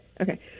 okay